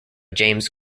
james